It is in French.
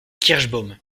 kirschbaum